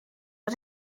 bod